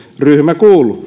ryhmä ideologisesti